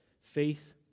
faith